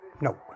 No